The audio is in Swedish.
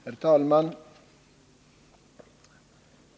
Herr talman!